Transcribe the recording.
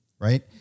right